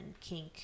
kink